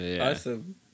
Awesome